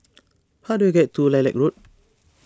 how do I get to Lilac Road